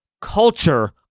culture